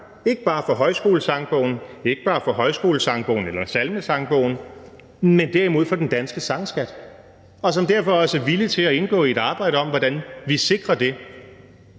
ikke bare for Højskolesangbogen eller salmebogen, men derimod for den danske sangskat, og som derfor også er villig til at indgå i et arbejde om, hvordan vi sikrer den.